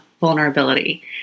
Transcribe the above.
vulnerability